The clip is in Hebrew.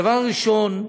הדבר הראשון,